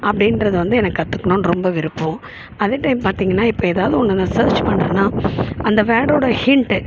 அப்படின்றது வந்து எனக்கு கற்றுக்கணுன்னு ரொம்ப விருப்பம் அதே டைம் பார்த்தீங்கன்னா இப்போ எதாவது ஒன்று நான் சர்ச் பண்ணுறேன்னா அந்த வேர்டோட ஹிண்ட்டு